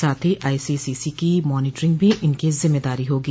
साथ ही आइसीसीसी की मॉनिटरिंग भी इनकी जिम्मेदारी होगी